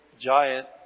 giant